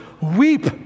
weep